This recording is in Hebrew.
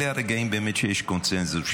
אלה הרגעים שיש קונסנזוס,